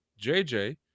JJ